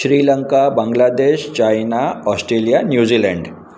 Sri Lanka Bangladesh China Australia New Zealand